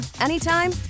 anytime